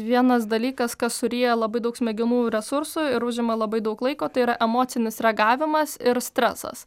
vienas dalykas kas suryja labai daug smegenų resursų ir užima labai daug laiko tai yra emocinis reagavimas ir stresas